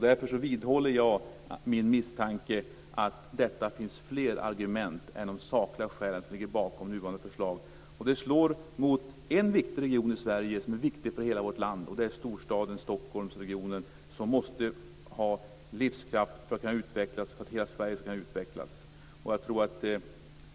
Därför vidhåller jag min misstanke att det ligger fler argument än de sakliga skälen bakom nuvarande förslag. Det slår mot en viktig region i Sverige, en region som är viktig för hela vårt land, och det är storstaden. Stockholmsregionen måste ha livskraft för att kunna utvecklas, för att hela Sverige skall kunna utvecklas.